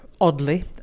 oddly